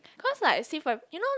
cause like I see si-pai you know